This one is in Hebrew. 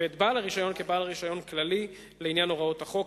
ואת בעל הרשיון כבעל רשיון כללי לעניין הוראות החוק,